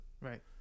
Right